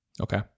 Okay